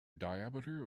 diameter